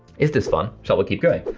is this fun, shall we keep going?